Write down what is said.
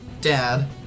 Dad